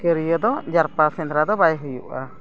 ᱥᱤᱠᱟᱹᱨᱤᱭᱟᱹ ᱫᱚ ᱡᱟᱨᱯᱟ ᱥᱮᱸᱫᱽᱨᱟ ᱫᱚ ᱵᱟᱭ ᱦᱩᱭᱩᱜᱼᱟ